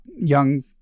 young